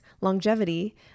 longevity